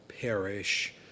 perish